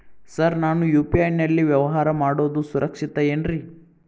Sir ನಾನು UPI ನಲ್ಲಿ ವ್ಯವಹಾರ ಮಾಡೋದು ಸುರಕ್ಷಿತ ಏನ್ರಿ?